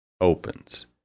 opens